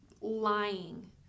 lying